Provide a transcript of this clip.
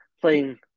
playing